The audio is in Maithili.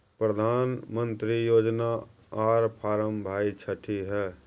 प्रधानमंत्री योजना आर फारम भाई छठी है?